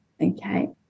Okay